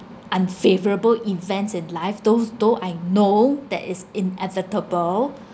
unfavourable events in life though though I know that is inevitable